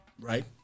right